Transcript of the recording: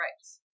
rights